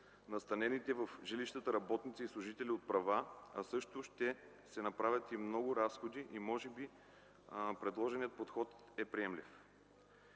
настанените в жилищата работници и служители от права, а също ще се направят и много разходи, и може би предложеният подход е приемлив.